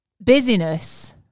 busyness